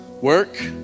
work